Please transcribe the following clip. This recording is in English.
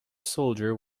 soldier